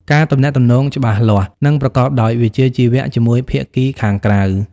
ការទំនាក់ទំនងច្បាស់លាស់ និងប្រកបដោយវិជ្ជាជីវៈជាមួយភាគីខាងក្រៅ ។